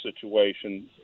situation